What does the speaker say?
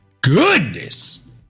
goodness